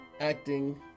acting